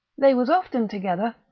they was often together.